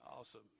Awesome